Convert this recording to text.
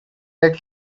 that